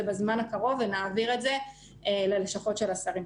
בזמן הקרוב ונעביר את זה ללשכות של השרים.